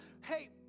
Hey